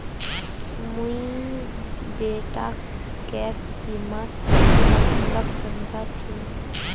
मुई बेटाक गैप बीमार मतलब समझा छिनु